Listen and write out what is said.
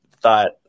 thought